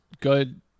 good